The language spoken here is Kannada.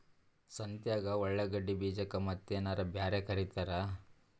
ಸಂತ್ಯಾಗ ಉಳ್ಳಾಗಡ್ಡಿ ಬೀಜಕ್ಕ ಮತ್ತೇನರ ಬ್ಯಾರೆ ಕರಿತಾರ?